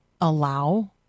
allow